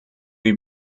die